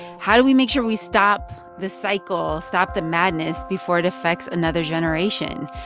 how do we make sure we stop this cycle, stop the madness before it affects another generation?